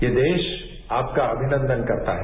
ये देश आपका अभिनंदन करता है